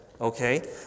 Okay